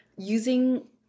using